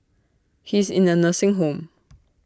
he is in A nursing home